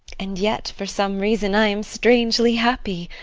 and yet for some reason i am strangely happy.